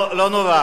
לא נורא.